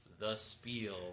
thespiel